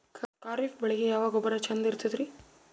ಖರೀಪ್ ಬೇಳಿಗೆ ಯಾವ ಗೊಬ್ಬರ ಚಂದ್ ಇರತದ್ರಿ?